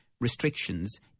restrictions